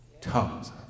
tongues